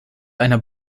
einer